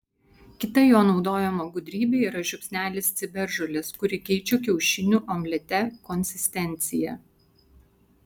kita jo naudojama gudrybė yra žiupsnelis ciberžolės kuri keičia kiaušinių omlete konsistenciją